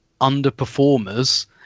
underperformers